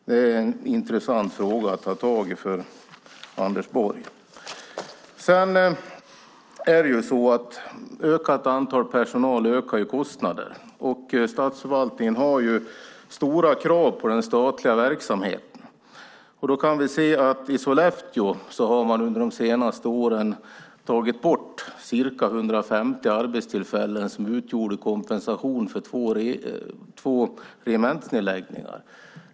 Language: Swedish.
Det är en intressant fråga att ta tag i för Anders Borg. Det är ju så att ett ökat antal personal ökar kostnaden. Statsförvaltningen har ju stora krav på den statliga verksamheten. Vi kan se att i Sollefteå har man under de senaste åren tagit bort ca 150 arbetstillfällen som utgjorde kompensation för två regementsnedläggningar.